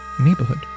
neighborhood